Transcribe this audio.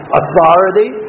authority